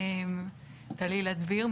טלילה דביר,